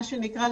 מה שנקרא,